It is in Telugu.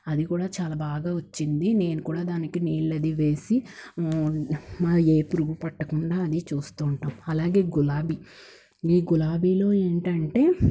అది కూడా చాలా బాగా వచ్చింది నేను కూడా దానికి నీళ్ళది వేసి మా ఏ పురుగు పట్టకుండా అని చూస్తూ ఉంటాం అలాగే గులాబీ ఈ గులాబీలో ఏంటంటే